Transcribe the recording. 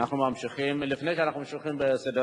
אך אם חס וחלילה אכן הדבר